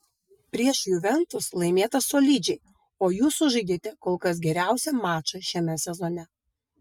prieš juventus laimėta solidžiai o jūs sužaidėte kol kas geriausią mačą šiame sezone